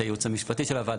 לייעוץ המשפטי של הוועדה,